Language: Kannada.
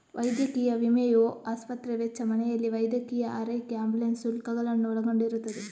ವೈದ್ಯಕೀಯ ವಿಮೆಯು ಆಸ್ಪತ್ರೆ ವೆಚ್ಚ, ಮನೆಯಲ್ಲಿ ವೈದ್ಯಕೀಯ ಆರೈಕೆ ಆಂಬ್ಯುಲೆನ್ಸ್ ಶುಲ್ಕಗಳನ್ನು ಒಳಗೊಂಡಿರುತ್ತದೆ